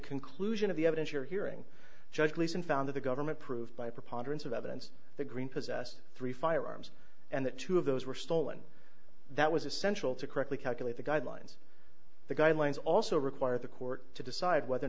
conclusion of the evidence you're hearing judge leeson found the government proved by a preponderance of evidence the green possess three firearms and that two of those were stolen that was essential to correctly calculate the guidelines the guidelines also require the court to decide whether or